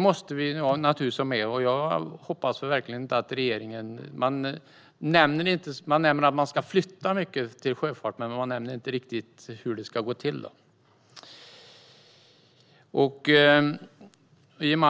måste vi ha med. Regeringen nämner att man ska flytta mycket till sjöfart, men man nämner inte hur det ska gå till.